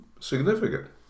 significant